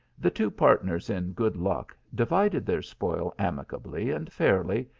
the two partners in good luck divided their spoil amicably and fairly,